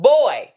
Boy